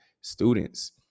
students